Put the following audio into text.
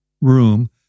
room